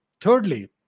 Thirdly